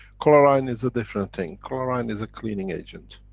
chlorine is a different thing. chlorine is a cleaning agent